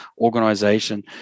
organization